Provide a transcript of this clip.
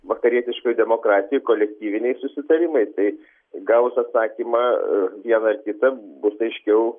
vakarietiškoj demokratijoj kolektyviniai susitarimai tai gavus atsakymą vieną ar kitą bus aiškiau